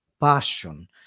passion